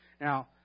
Now